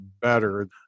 better